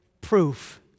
proof